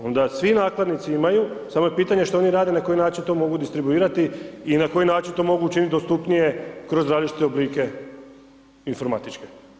Onda svi nakladnici imaju samo je pitanje što oni rade na koji način to mogu distribuirati i na koji način to mogu učiniti dostupnije kroz različite oblike informatičke.